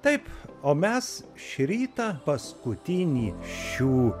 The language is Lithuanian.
taip o mes šį rytą paskutinį šių